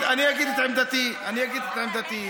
מאיפה הצלחת להביא כל מיני ארגונים שאתה מדבר עליהם?